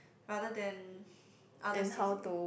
rather than other C_C_A